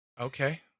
Okay